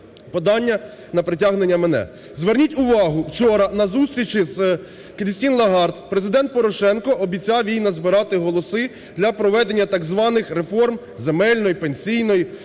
подання на притягнення мене. Зверніть увагу, вчора на зустрічі з Крістін Лагард Президент Порошенко обіцяв їй назбирати голоси для проведення так званих реформ земельної, пенсійної,